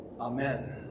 Amen